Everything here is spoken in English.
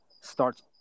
starts